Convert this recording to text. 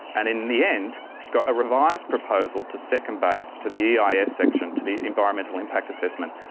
and in the end got a revised proposal to second base to the eis section, to the environmental impact assessment.